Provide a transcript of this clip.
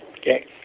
Okay